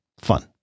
fun